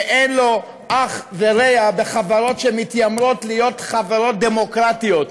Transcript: שאין לו אח ורע בחברות שמתיימרות להיות חברות דמוקרטיות.